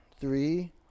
Three